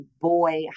boy